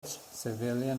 civilian